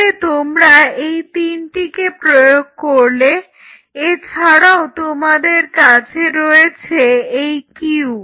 তাহলে তোমরা এই তিনটিকে প্রয়োগ করলে এছাড়াও তোমাদের কাছে রয়েছে এই Q